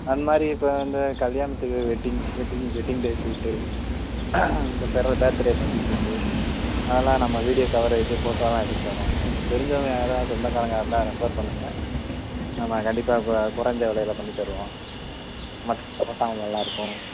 அந்த மாதிரி இப்போ இந்த கல்யாணத்துக்கு wedding wedding wedding day shoot இந்த பெர பர்த்டே பார்ட்டி ஷூட்டு அதெல்லாம் நம்ம வீடியோ கவரேஜி ஃபோட்டோலாம் எடுத்து தர்றோம் உங்களுக்கு தெரிஞ்சவங்க யாராது சொந்தக்காரங்க இருந்தால் ரெஃபர் பண்ணுங்கள் நான் கண்டிப்பாக கொ கொறைஞ்ச விலையில பண்ணித் தருவோம் மொத்த ஃபோட்டோவும் நல்லாயிருக்கும்